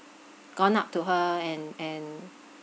gone up to her and and